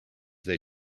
they